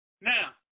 Now